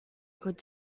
could